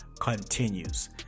continues